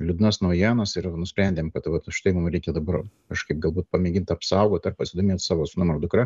liūdnas naujienas ir nusprendėm kad vat užtai mum reikia dabar kažkaip galbūt pamėgint apsaugot ar pasidomėt savo sūnum ar dukra